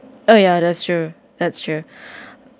oh ya that's true that's true